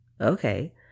Okay